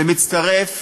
זה מצטרף